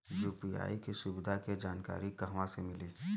UPI के सुविधा के जानकारी कहवा से मिली?